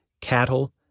cattle